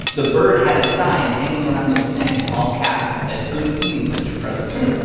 the bird had a sign hanging around its neck. in all caps, it said, good eating, mr. president